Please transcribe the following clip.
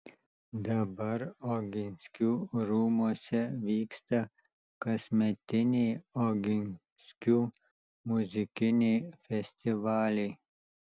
dabar oginskių rūmuose vyksta kasmetiniai oginskių muzikiniai festivaliai